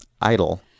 IDLE